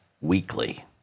weekly